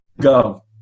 Go